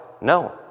No